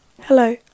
Hello